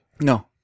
No